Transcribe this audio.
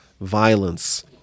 violence